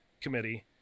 committee